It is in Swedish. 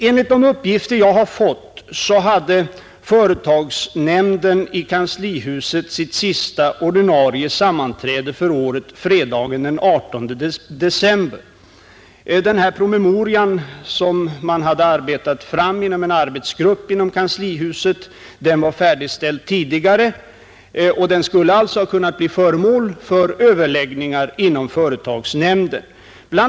Enligt de uppgifter jag fått hade företagsnämnden i kanslihuset det sista ordinarie sammanträdet förra året fredagen den 18 december. Denna promemoria som hade arbetats fram inom en arbetsgrupp i kanslihuset hade färdigställts tidigare, och den skulle alltså ha kunnat bli föremål för överläggningar inom företagsnämnden. BI.